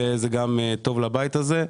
וזה גם טוב לבית הזה.